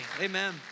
Amen